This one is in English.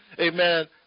amen